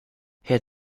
herr